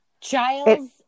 Giles